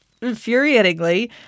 infuriatingly